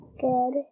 Good